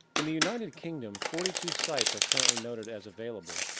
in the united kingdom forty two sites are currently noted as available,